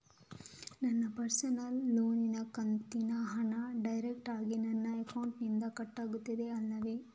ನನ್ನ ಪರ್ಸನಲ್ ಲೋನಿನ ಕಂತಿನ ಹಣ ಡೈರೆಕ್ಟಾಗಿ ನನ್ನ ಅಕೌಂಟಿನಿಂದ ಕಟ್ಟಾಗುತ್ತದೆ ಅಲ್ಲವೆ?